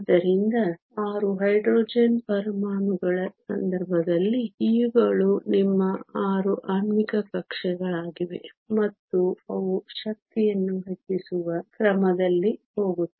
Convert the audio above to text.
ಆದ್ದರಿಂದ 6 ಹೈಡ್ರೋಜನ್ ಪರಮಾಣುಗಳ ಸಂದರ್ಭದಲ್ಲಿ ಇವುಗಳು ನಿಮ್ಮ 6 ಆಣ್ವಿಕ ಕಕ್ಷೆಗಳಾಗಿವೆ ಮತ್ತು ಅವು ಶಕ್ತಿಯನ್ನು ಹೆಚ್ಚಿಸುವ ಕ್ರಮದಲ್ಲಿ ಹೋಗುತ್ತವೆ